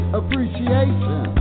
appreciation